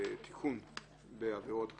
תיקון לצו העיריות (עבירות קנס),